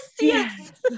Yes